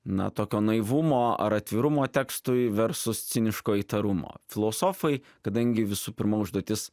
na tokio naivumo ar atvirumo tekstui versus ciniško įtarumo filosofai kadangi visų pirma užduotis